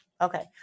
Okay